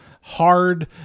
hard